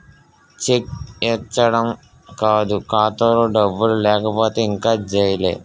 check ఇచ్చీడం కాదు ఖాతాలో డబ్బులు లేకపోతే ఇంక జైలే